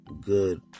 good